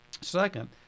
second